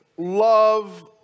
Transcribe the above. Love